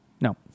No